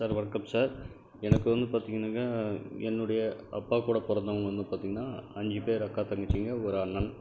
sir வணக்கம் sir எனக்கு பார்த்தீங்கன்னாக்க என்னுடைய அப்பாக்கூட பிறந்தவங்க வந்து பார்த்தீங்ன்னா அஞ்சு பேர் அக்கா தங்கச்சிங்க ஒரு அண்ணன்